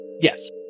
Yes